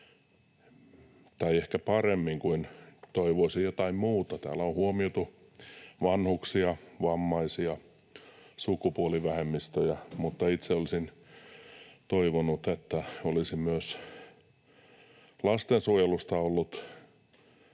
tai ehkä paremmin kuin toivoisi — jotain muuta. Täällä on huomioitu vanhuksia, vammaisia, sukupuolivähemmistöjä, mutta itse olisin toivonut, että olisi myös lastensuojelusta ollut